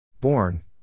Born